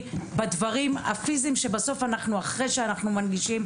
בדברים הפיזיים אחרי שאנחנו מנגישים.